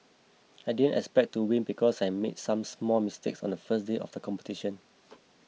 I didn't expect to win because I made some small mistakes on the first day of the competition